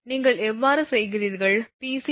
நீங்கள் அவ்வாறு செய்கிறீர்கள் Pc 472